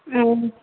ಹ್ಞೂ